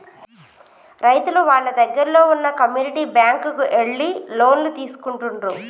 రైతులు వాళ్ళ దగ్గరల్లో వున్న కమ్యూనిటీ బ్యాంక్ కు ఎళ్లి లోన్లు తీసుకుంటుండ్రు